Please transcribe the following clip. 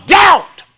doubt